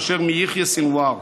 מאשר מיחיא סנוואר.